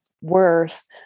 worth